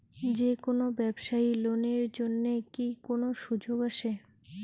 যে কোনো ব্যবসায়ী লোন এর জন্যে কি কোনো সুযোগ আসে?